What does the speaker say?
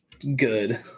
good